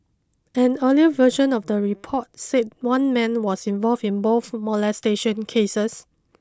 an earlier version of the report said one man was involved in both molestation cases